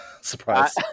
Surprise